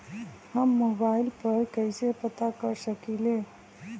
हम मोबाइल पर कईसे पता कर सकींले?